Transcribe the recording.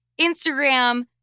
Instagram